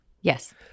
Yes